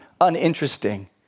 uninteresting